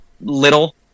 little